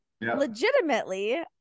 legitimately